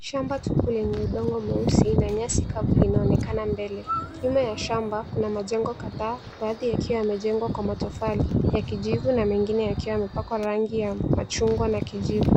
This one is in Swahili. Shamba tupu lenye udongo mweusi na nyasi kavu, linaonekana mbele, Nyuma ya shamba kuna majengo kadhaa, baadhi yakiwa yamejengwa kwa matofali ya kijivu na mengine yakiwa yamepakwa rangi ya machungwa na kijivu.